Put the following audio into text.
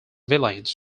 villains